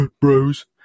Bros